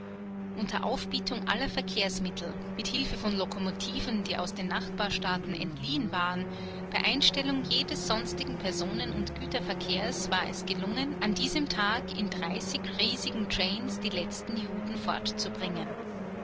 unter aufbietung aller verkehrsmittel mit hilfe von lokomotiven die aus den nachbarstaaten entliehen waren bei einstellung jedes sonstigen personen und güterverkehrs war es gelungen an diesem tag in dreißig riesigen trains die letzten juden fortzubringen